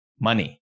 money